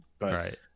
Right